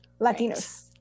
Latinos